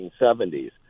1970s